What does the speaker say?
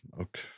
okay